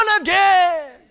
again